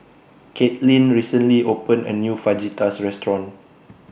Kaitlin recently opened A New Fajitas Restaurant